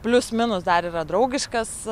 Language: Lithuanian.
plius minus dar yra draugiškas